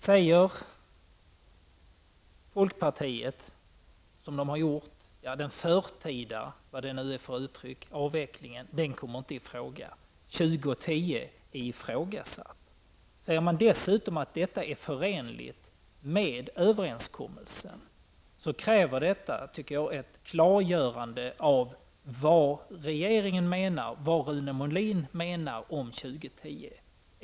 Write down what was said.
Säger man i folkpartiet som man tidigare har gjort, att en förtida avveckling -- vad nu det är för uttryck -- inte kommer i fråga, är år 2010 ifrågasatt. Säger man dessutom att detta är förenligt med överenskommelsen, anser jag att det kräver ett klargörande av vad regeringen menar och Rune Molin menar med en avveckling till år 2010.